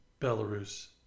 Belarus